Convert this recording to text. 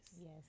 yes